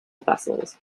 vessels